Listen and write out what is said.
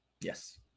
Yes